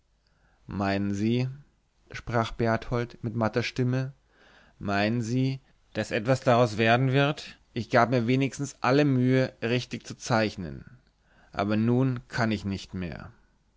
meinen sie sprach berthold mit matter stimme meinen sie daß etwas daraus werden wird ich gab mir wenigstens alle mühe richtig zu zeichnen aber nun kann ich nicht mehr